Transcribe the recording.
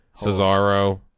Cesaro